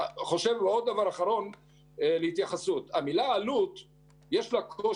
יש קושי במילה "עלות".